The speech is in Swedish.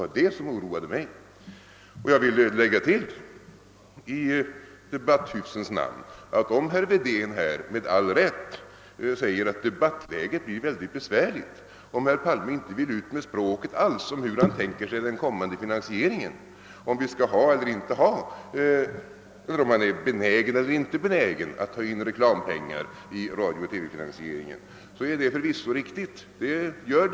Jag vill i den hyfsade debattens namn tillägga att det är riktigt som herr Wedén säger att debattläget blir svårare om herr Palme inte alls vill ut med språket om hur han tänker sig den kommande finansieringen, om han är benägen eller inte benägen att ta med reklampengar för finansieringen av radio och TV.